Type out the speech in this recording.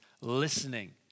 listening